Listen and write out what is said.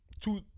two